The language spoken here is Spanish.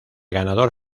ganador